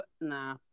nah